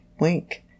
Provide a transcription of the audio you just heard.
wink